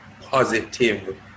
positive